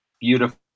beautiful